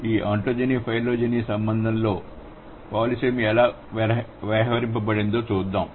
ఈ ontogeny phylogeny సంబంధంలో polysemy ఎలా వ్యవహరింపబడినదో చూద్దాం